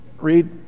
read